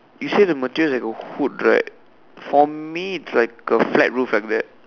you say the material is like a hood right for me is like a flat roof like that